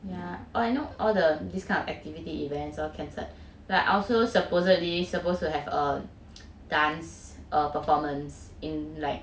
yeah I know all the this kind of activity events or cancer like also supposedly supposed to have a dance performance in like